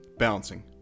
balancing